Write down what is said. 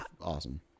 awesome